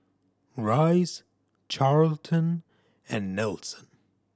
Rice Charlton and Nelson